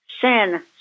Sin